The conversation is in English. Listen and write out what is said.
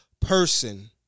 person